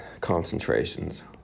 concentrations